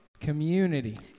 community